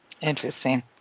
Interesting